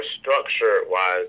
structure-wise